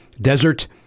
desert